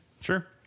Sure